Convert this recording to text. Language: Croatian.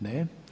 Ne.